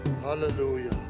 hallelujah